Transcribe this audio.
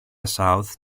south